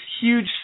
huge